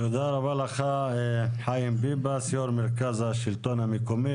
תודה רבה לך חיים ביבס, יו"ר מרכז השלטון המקומי.